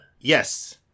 yes